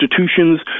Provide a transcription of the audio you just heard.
institutions